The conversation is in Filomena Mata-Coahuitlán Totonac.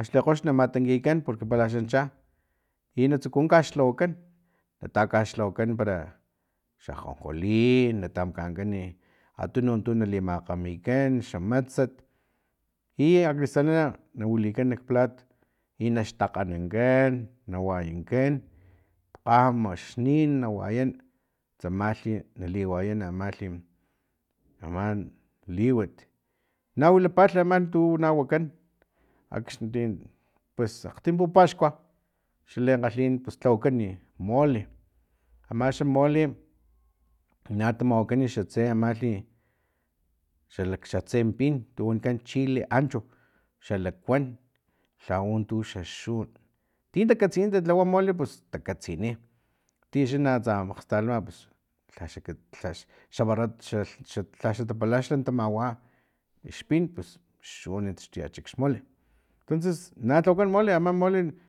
axli kgox na matankikan porque pala xan cha i natsuku kaxlhawakan nata kaxlhawakan para xa anjonjolin i na tamakankani a tunun tununk tu nali makgamikan xa matsat i akalistalh na wilikan nak plat i naxtakgnankan na wayankan kgamaxnin na wayan tsamalhi na li wayan amalhi ama liwat na wilapa ama tu na wakan akxni ti pues akgtim pupaxkua xalenkgalhin lhawakan mole amaxa mole na tamawakan xatse amalhi xa tsen pin tu wanikan chile ancho xalakuan lhau untuxa xun tin takatsini lhawa mole pus takatsini tixa tsa makgstanama pus lhaxa xa lha xa vara xa lha xa tapalaxlha na tamawa xpin pus xun taxtuniyach xmole tonces na lhawakan mole ama mole